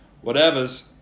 Whatever's